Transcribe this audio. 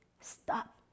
stop